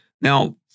Now